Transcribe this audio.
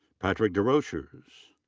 patrick desrochers.